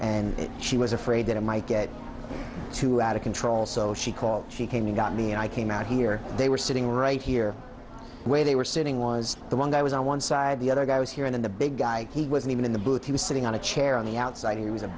and she was afraid that it might get too out of control so she called she came and got me and i came out here they were sitting right here where they were sitting was the one i was on one side the other guy was here in the big guy he wasn't even in the booth he was sitting on a chair on the outside he was a